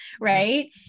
Right